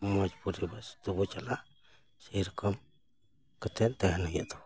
ᱢᱚᱡᱽ ᱯᱚᱨᱤᱵᱮᱥ ᱛᱮᱵᱚ ᱪᱟᱞᱟᱜ ᱥᱮ ᱨᱚᱠᱚᱢ ᱠᱟᱛᱮᱫ ᱛᱟᱦᱮᱱ ᱦᱩᱭᱩᱜ ᱛᱟᱵᱚᱱᱟ